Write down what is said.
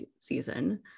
season